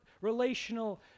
relational